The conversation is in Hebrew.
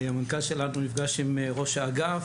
המנכ"ל שלנו נפגש עם ראש האגף,